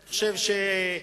אני חושב שהאוצר,